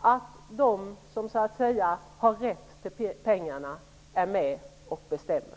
att de som så att säga har rätt till pengarna är med och bestämmer?